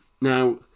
Now